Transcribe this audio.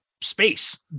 space